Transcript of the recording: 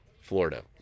Florida